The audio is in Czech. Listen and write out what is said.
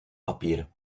papír